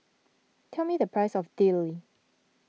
tell me the price of Dili